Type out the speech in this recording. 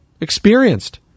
experienced